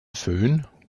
fön